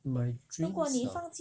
my dreams ah